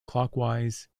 clockwise